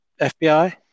FBI